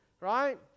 right